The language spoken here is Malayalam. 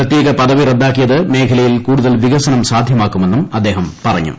പ്രത്യേക പദവി റദ്ദാക്കിയത് മേഖലയിൽ കൂടുതൽ വിക്സനം സാധ്യമാക്കുമെന്നും അദ്ദേഹം പറഞ്ഞു